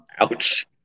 Ouch